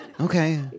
Okay